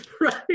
Right